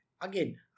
Again